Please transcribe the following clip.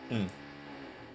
mm